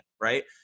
right